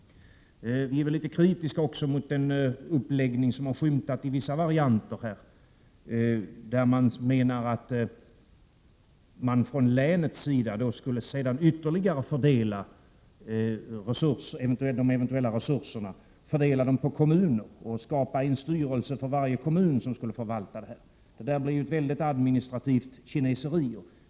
Vi är också litet kritiska mot den uppläggning som här har skymtat i vissa varianter och som innebär att man från länets sida sedan skulle ytterligare fördela de eventuella resurserna, fördela dem på kommuner och skapa en styrelse för varje kommun att förvalta det hela. Det skulle ju bli ett omfattande administrativt kineseri.